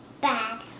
bad